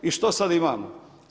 I što sad imamo?